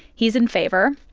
he's in favor.